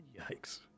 Yikes